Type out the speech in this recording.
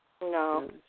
No